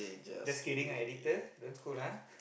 just kidding lah editor don't scold ah